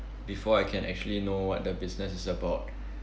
before I can actually know what the business is about